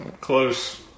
Close